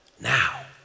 now